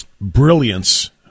brilliance